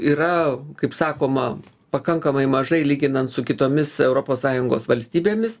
yra kaip sakoma pakankamai mažai lyginant su kitomis europos sąjungos valstybėmis